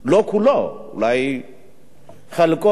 לא כולו, אולי חלקו כן.